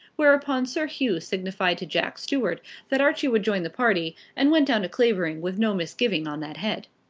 whereupon sir hugh signified to jack stuart that archie would join the party, and went down to clavering with no misgiving on that head.